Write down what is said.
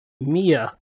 Mia